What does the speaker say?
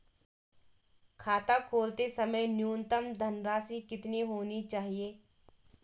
खाता खोलते समय न्यूनतम धनराशि कितनी होनी चाहिए?